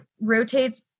rotates